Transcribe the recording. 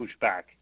pushback